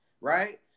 right